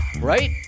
Right